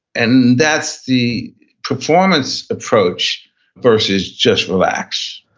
and that's the performance approach versus just relax